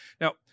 Now